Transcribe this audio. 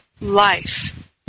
life